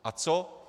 A co?